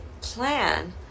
plan